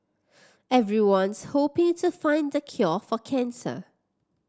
everyone's hoping to find the cure for cancer